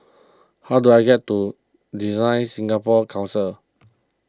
how do I get to DesignSingapore Council